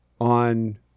on